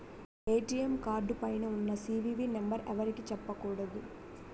ATM card పైన ఉన్న CVV number ఎవరికీ చెప్పకూడదు